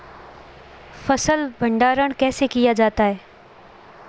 फ़सल भंडारण कैसे किया जाता है?